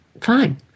fine